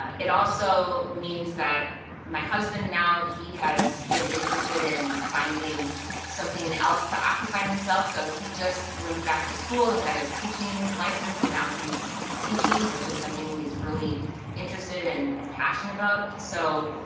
it also means that my husband now, he has been interested in finding something else to occupy himself, so he just went back to school and got his teaching license and now he's he's teaching, which is something he's really interested in and passionate about, so.